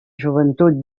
joventut